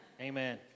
Amen